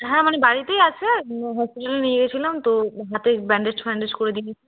হ্যাঁ মানে বাড়িতেই আছে হসপিটালে নিয়ে গেছিলাম তো হাতে ব্যান্ডেজ ফ্যান্ডেজ করে দিয়েছে